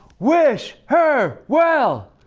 wish her well!